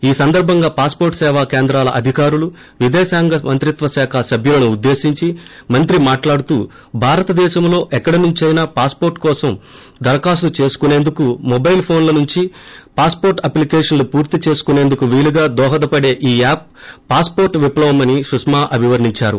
ఈ సందర్బంగా పాస్వోర్టు సేవా కేంద్రాల అధికారులు విదేశాంగ మంత్రిత్వశాఖ సభ్యులను ఉద్దేశించి మంత్రి మాట్లాడుతూ భారత దేశంలో ఎక్కడినుంచైనా పాస్పోర్లు కోసం దరఖాస్తు చేసుకునేందుకు మొబైల్ ఫోన్ల నుంచి పాస్పోర్లు అప్లికేషన్లు పూర్తి చేసుకుసేందుకు వీలుగా దోహదపడే ఈ యాప్ పాస్పోర్లు ీవిప్లవమని సుష్మా అభివర్ణించారు